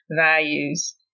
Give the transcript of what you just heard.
values